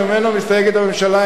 שממנו מסתייגת הממשלה,